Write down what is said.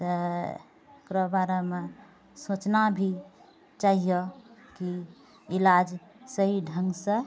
तऽ एकरा बारेमे सोचना भी चाहिय कि इलाज सहि ढङ्गसँ